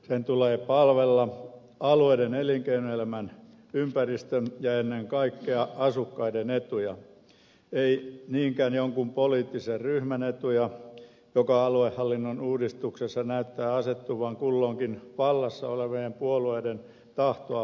sen tulee palvella alueiden elinkeinoelämän ympäristön ja ennen kaikkea asukkaiden etuja ei niinkään jonkun poliittisen ryhmän etuja joka aluehallinnon uudistuksessa näyttää asettuvan kulloinkin vallassa olevien puolueiden tahtoa palvelemaan